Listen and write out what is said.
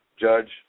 judge